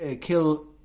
kill